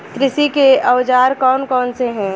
कृषि के औजार कौन कौन से हैं?